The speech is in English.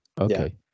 Okay